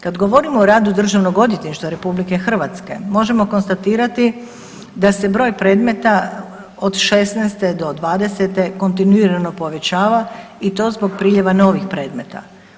Kad govorimo o radu Državnog odvjetništva RH možemo konstatirati da se broj predmeta od '16. do '20. kontinuirano povećava i to zbog priljeva novih predmeta.